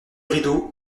rideau